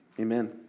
Amen